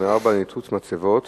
ניתוץ מצבות